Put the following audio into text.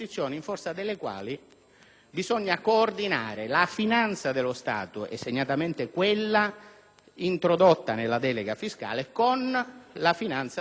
bisogna coordinare la finanza dello Stato, e segnatamente quella introdotta nella delega fiscale, con la finanza delle Regioni a Statuto speciale.